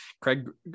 Craig